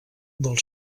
del